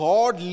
God